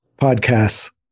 podcasts